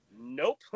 nope